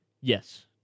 Yes